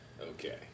Okay